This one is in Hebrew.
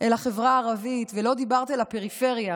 אל החברה הערבית ולא דיברת אל הפריפריה.